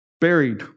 buried